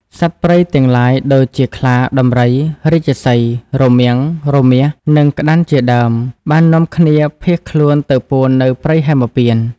សត្វព្រៃទាំងឡាយដូចជា ខ្លា ដំរី រាជសីហ៍ រមាំង រមាស និងក្តាន់ជាដើម បាននាំគ្នាភៀសខ្លួនទៅពួននៅព្រៃហេមពាន្ត។